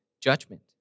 judgment